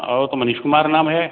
और तो मनीष कुमार का नाम है